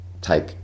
take